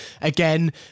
again